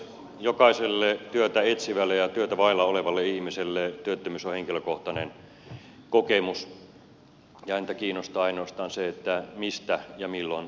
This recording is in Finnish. jokaiselle työtä etsivälle ja työtä vailla olevalle ihmiselle työttömyys on henkilökohtainen kokemus ja häntä kiinnostaa ainoastaan mistä ja milloin työpaikka löytyy